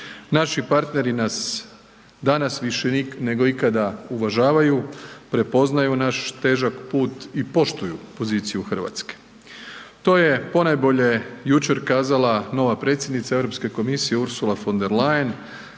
Naši partneri nas danas više nego ikada uvažavaju, prepoznaju naš težak put i poštuju poziciju RH. To je ponajbolje jučer kazala nova predsjednica Europske komisije Ursula von der Leyen